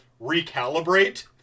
recalibrate